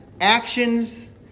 actions